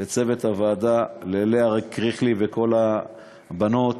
לצוות הוועדה, ללאה קריכלי ולכל הבנות,